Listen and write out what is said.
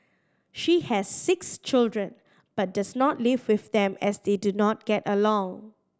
she has six children but does not live with them as they do not get along